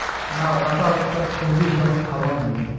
নাউ কাঁচা অবস্থাত সবজি হিসাবত খাওয়াং হই